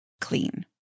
Clean